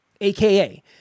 AKA